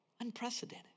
unprecedented